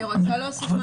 אי אפשר להגיד,